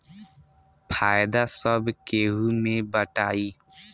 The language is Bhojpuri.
फायदा सब केहू मे बटाई